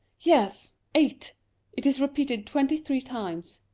yes, eight it is repeated twenty-three times,